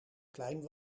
klein